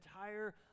entire